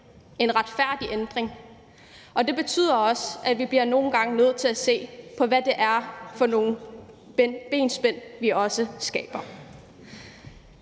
en retfærdig ændring, og det betyder også, at vi nogle gange bliver nødt til at se på, hvad det er for nogle benspænd, vi også skaber.